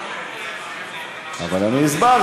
לא, זה נוגס מאתנו, אבל אני הסברתי.